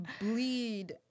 bleed